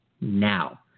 now